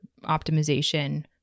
optimization